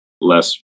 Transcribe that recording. less –